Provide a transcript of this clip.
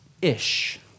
Ish